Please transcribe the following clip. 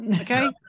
Okay